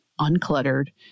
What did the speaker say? uncluttered